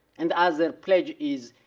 and as a pledge is